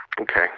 Okay